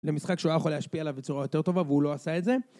למשחק שהוא היה יכול להשפיע עליו בצורה יותר טובה, והוא לא עשה את זה.